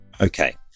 Okay